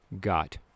got